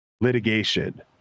litigation